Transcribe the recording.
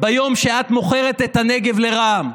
ביום שאת מוכרת את הנגב לרע"מ.